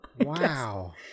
Wow